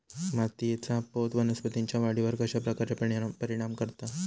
मातीएचा पोत वनस्पतींएच्या वाढीवर कश्या प्रकारे परिणाम करता?